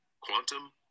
quantum